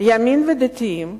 ימין ודתיים,